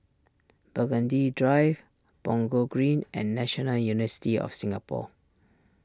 Burgundy Drive Punggol Green and National University of Singapore